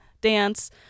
dance